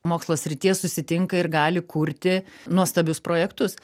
mokslo srities susitinka ir gali kurti nuostabius projektus